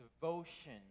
devotion